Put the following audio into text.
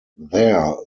there